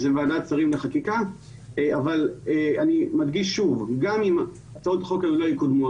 זאת ועדת שרים לחקיקה אבל אני מדגיש שוב שגם אם הצעות חוק אלה יקודמו,